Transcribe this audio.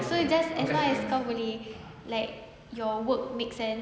so just as long as kau boleh like your work makes sense